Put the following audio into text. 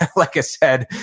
like like a said,